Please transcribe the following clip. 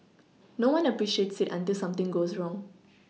no one appreciates it until something goes wrong